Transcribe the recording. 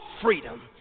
freedom